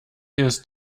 ist